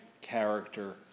character